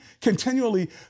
continually